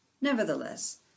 Nevertheless